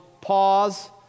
pause